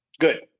Good